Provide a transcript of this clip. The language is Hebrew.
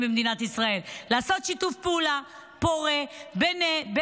במדינת ישראל: לעשות שיתוף פעולה פורה בינינו,